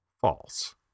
False